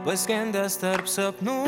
paskendęs tarp sapnų